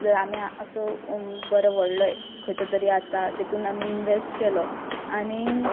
जर आमी असो बरो व्हडलो खंयचो तरी आसा तेतून आमी इनवॅस्ट केलो आनीक